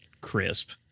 crisp